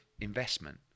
investment